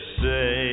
say